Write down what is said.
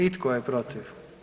I tko je protiv?